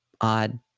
odd